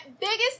biggest